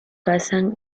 cazan